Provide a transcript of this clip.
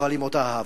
אבל עם אותה אהבה.